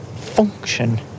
function